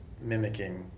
mimicking